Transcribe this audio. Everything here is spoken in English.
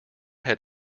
had